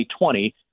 2020